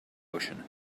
ocean